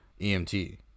EMT